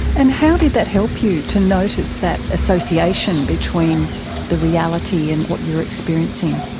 and how did that help you to notice that association between the reality and what you were experiencing?